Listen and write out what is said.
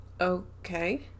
Okay